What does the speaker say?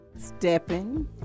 Stepping